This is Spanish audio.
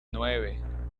nueve